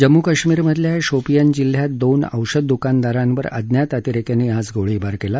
जम्मू कश्मीरमधल्या शोपियान जिल्ह्यात दोन औषध दुकानदारांवर अज्ञात अतिरेक्यांनी आज गोळीबार केला